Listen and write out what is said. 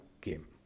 game